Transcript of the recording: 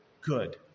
good